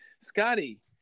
Scotty